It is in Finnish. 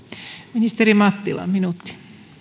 ministeri mattila minuutti